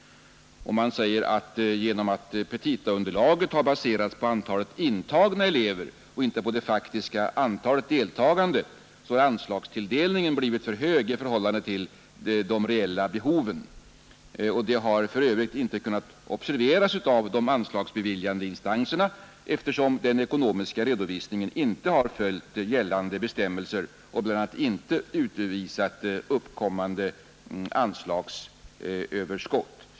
Man säger vidare att genom att petitaunderlaget har baserats på antalet intagna elever och inte på det faktiska antalet deltagande har anslagstilldelningen blivit för hög i förhållande till de reella behoven. Detta har för övrigt inte kunnat observeras av de anslagsbeviljande instanserna, eftersom den ekonomiska redovisningen inte har följt gällande bestämmelser och bl.a. inte utvisat uppkommande anslagsöverskott.